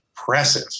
impressive